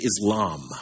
Islam